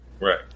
Right